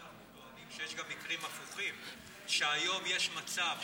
יש גם מקרים הפוכים, היום יש מצב שילד,